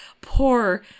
poor